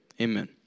Amen